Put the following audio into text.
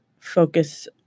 focus